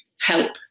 Help